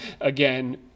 again